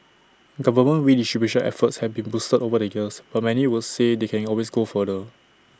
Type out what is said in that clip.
government redistribution efforts have been boosted over the years but many would say they can always go further